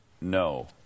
No